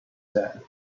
said